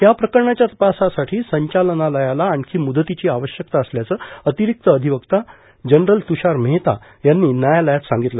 याप्रकरणाच्या तपासासाठी संचालनालयाला आणखी मुदतीची आवश्यकता असल्याचं अतिरिक्त अधिवक्ता जनरल तुषार मेहता यांनी न्यायालयात सांगितलं